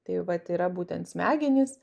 taip vat yra būtent smegenys